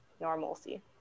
normalcy